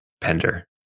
Pender